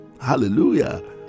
Hallelujah